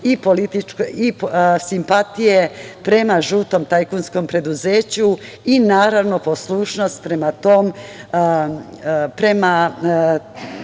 simpatije prema žutom tajkunskom preduzeću i naravno poslušnost prema toj stranci